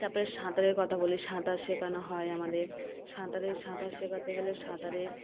তাপরে সাঁতারের কথা বলি সাঁতার শেখানো হয় আমাদের সাঁতারে সাঁতার শেখাতে গেলে সাঁতারে